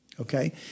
Okay